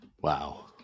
Wow